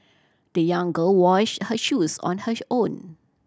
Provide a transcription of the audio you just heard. the young girl washed her shoes on hers own